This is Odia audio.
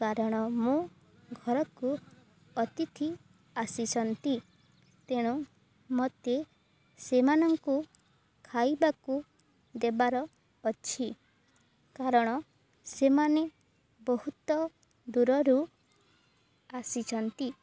କାରଣ ମୁଁ ଘରକୁ ଅତିଥି ଆସିଛନ୍ତି ତେଣୁ ମୋତେ ସେମାନଙ୍କୁ ଖାଇବାକୁ ଦେବାର ଅଛି କାରଣ ସେମାନେ ବହୁତ ଦୂରରୁ ଆସିଛନ୍ତି